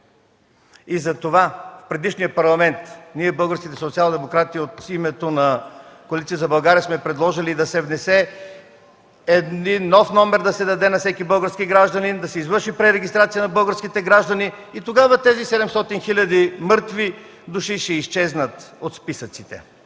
Затова в предишния Парламент ние, българските социалдемократи, от името на Коалиция за България сме предложили да се внесе – един нов номер да се даде на всеки български гражданин, да се извърши пререгистрация на българските граждани и тогава тези 700 хиляди мъртви души ще изчезнат от списъците.